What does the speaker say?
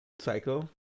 Psycho